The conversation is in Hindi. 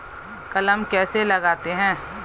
कलम कैसे लगाते हैं?